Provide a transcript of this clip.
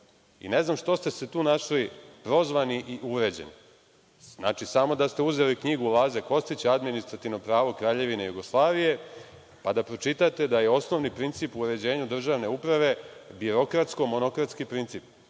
ne znam što ste se tu našli prozvani i uvređeni, znači, samo da ste uzeli knjigu Laze Kostića „Administrativno pravo Kraljevnine Jugoslavije“, pa da pročitate da je osnovni princip u uređenju državne uprave birokratsko-monokratski princip,